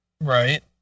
Right